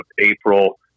April